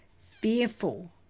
fearful